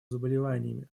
заболеваниями